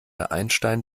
einstein